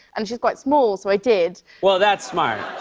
and she's quite small, so i did. well, that's smart.